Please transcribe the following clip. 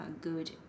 good